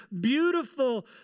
beautiful